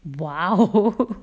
!wow!